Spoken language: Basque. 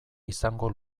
izango